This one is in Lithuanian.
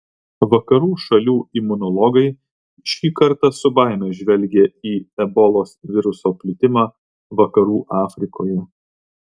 vakarų šalių imunologai šį kartą su baime žvelgė į ebolos viruso plitimą vakarų afrikoje